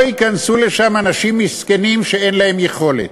לא ייכנסו לשם אנשים מסכנים שאין להם יכולת.